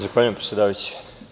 Zahvaljujem, predsedavajući.